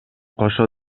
кошо